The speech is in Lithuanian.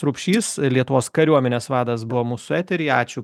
rupšys lietuvos kariuomenės vadas buvo mūsų eteryje ačiū